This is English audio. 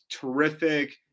terrific